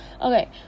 okay